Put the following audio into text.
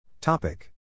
Topic